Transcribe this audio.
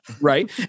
Right